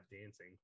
dancing